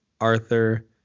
Arthur